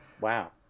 Wow